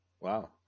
wow